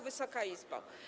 Wysoka Izbo!